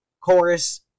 chorus